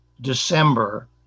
December